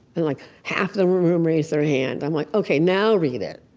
and like half the room raised their hand. i'm like, ok, now read it.